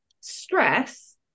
stress